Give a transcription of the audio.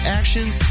actions